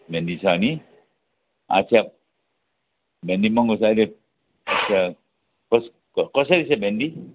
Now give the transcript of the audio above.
भेन्डी छ नि आच्छा भेन्डी महँगो छ अहिले अच्छा क कसरी छ भेन्डी